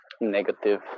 negative